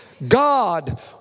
God